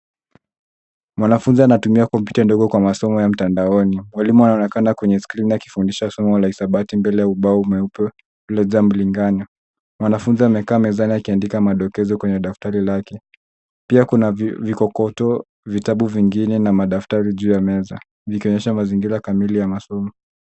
Mwanafunzi anatumia kompyuta ndogo kwa masomo ya mtandaoni. Mwalimu anaonekana kwenye skrini akifundisha somo la hisabati mbele ya ubao mweupe uliojaa mlingano. Mwanafunzi amekaa mezani akiandika madokezi kwenye daftari lake. Pia kuna vikokotoo, vitabu vingine na madaftari juu ya meza vikionyesha mazingira kamili ya masomo.